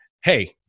Hey